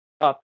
up